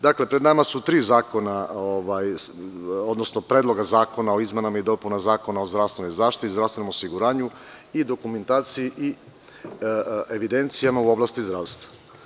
Dakle, pred nama su tri predloga zakona o izmenama i dopunama Zakona o zdravstvenoj zaštiti i zdravstvenom osiguranju i dokumentaciji i evidencijama u oblasti zdravstva.